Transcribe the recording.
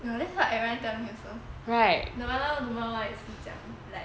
ya that's what everyone tell me also nirvana 的妈妈也是讲 like